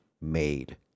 made